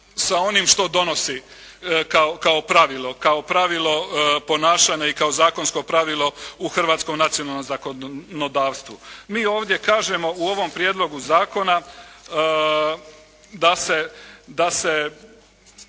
sa onim što donosi kao pravilo, kao pravilo ponašanja i kao zakonsko pravilo u hrvatskom nacionalnom zakonodavstvu. Mi ovdje kažemo u ovom prijedlogu zakona da se